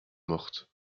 mortes